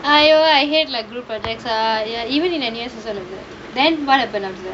!aiyo! I hate like group objects ah ya even in N_U_S also like that and then what happen afrer that